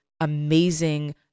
amazing